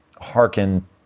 hearken